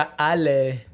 Ale